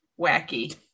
Wacky